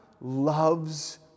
loves